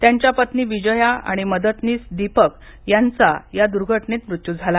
त्यांच्या पत्नी विजया आणि मदतनीस दीपक यांचा या दुर्घटनेत मृत्यू झाला